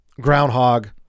groundhog